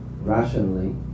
rationally